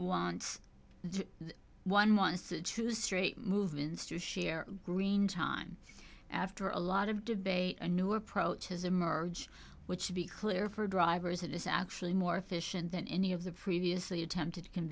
wants one wants to street movements to share green time after a lot of debate a new approach has emerged which should be clear for drivers it is actually more efficient than any of the previously attempted can